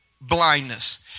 blindness